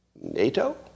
NATO